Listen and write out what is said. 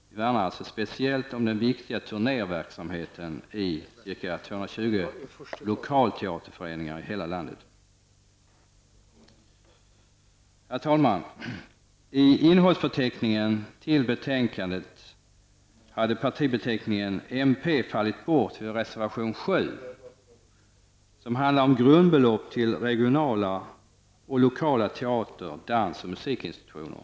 Vi värnar speciellt om den viktiga turnéverksamhet som ca 220 lokala teaterföreningar har över hela landet. Herr talman! Beträffande innehållsförteckningen i kulturutskottets betänkande 22 har vår partibeteckning fallit bort när det gäller reservation 7, som handlar om grundbelopp till regionala och lokala teater-, dans och musikinstitutioner.